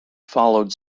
followed